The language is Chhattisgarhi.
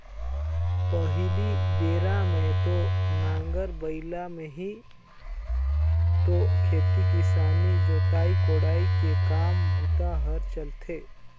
पहिली बेरा म तो नांगर बइला में ही तो खेती किसानी के जोतई कोड़ई के काम बूता हर चलथे